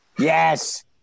Yes